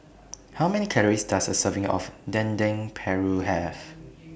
How Many Calories Does A Serving of Dendeng Paru Have